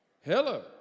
Hello